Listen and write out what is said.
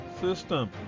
system